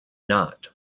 not